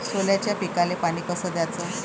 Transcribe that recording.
सोल्याच्या पिकाले पानी कस द्याचं?